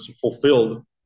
fulfilled